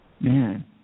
Man